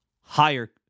higher